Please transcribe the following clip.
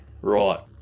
right